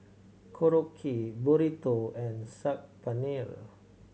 Korokke Burrito and Saag Paneer